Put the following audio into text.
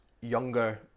younger